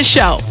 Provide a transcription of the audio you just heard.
Show